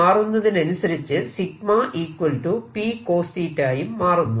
മാറുന്നതിനനുസരിച്ച് P യും മാറുന്നു